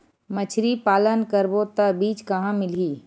मछरी पालन करबो त बीज कहां मिलही?